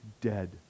dead